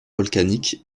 volcaniques